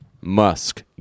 Musk